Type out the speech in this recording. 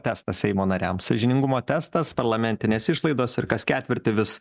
testas seimo nariams sąžiningumo testas parlamentinės išlaidos ir kas ketvirtį vis